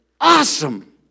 awesome